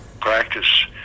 practice